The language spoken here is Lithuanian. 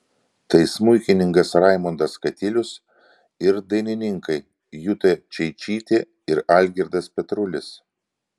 tai smuikininkas raimundas katilius ir dailininkai juta čeičytė ir algirdas petrulis